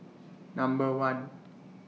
Number one